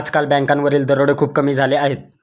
आजकाल बँकांवरील दरोडे खूप कमी झाले आहेत